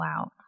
out